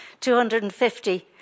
250